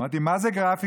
אמרתי: מה זה גרפיטי?